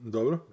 Dobro